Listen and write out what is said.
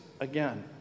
again